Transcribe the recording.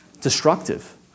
destructive